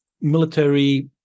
military